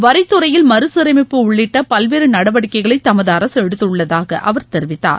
வரித்துறையில் மறுசீரமைப்பு உள்ளிட்ட பல்வேறு நடவடிக்கைகளை தமது அரசு எடுத்துள்ளதாக அவர் தெரிவித்தார்